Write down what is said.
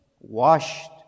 washed